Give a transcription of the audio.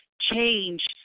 change